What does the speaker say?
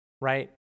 right